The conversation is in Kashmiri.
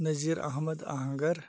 نزیٖر احمد اہنٛگر